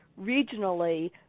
regionally